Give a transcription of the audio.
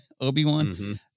Obi-Wan